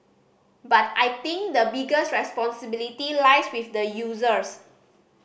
but I think the biggest responsibility lies with the users